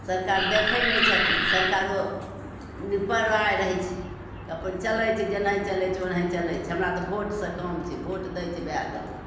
सरकार देखै नहि छथिन सरकारो निपराइ रहै छै तऽ अपन चलै छै जेनाहि चलै छै ओनाहि चलै छै हमरा तऽ भोटसे काम छै भोट दैके भै गेलऽ